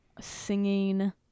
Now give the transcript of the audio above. singing